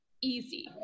Easy